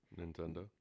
Nintendo